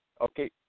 Okay